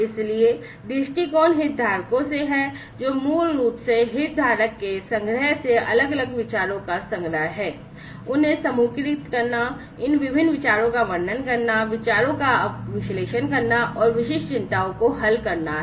इसलिए दृष्टिकोण हितधारकों से है जो मूल रूप से हितधारक के संग्रह से अलग अलग विचारों का संग्रह है उन्हें समूहीकृत करना इन विभिन्न विचारों का वर्णन करना विचारों का विश्लेषण करना और विशिष्ट चिंताओं को हल करना है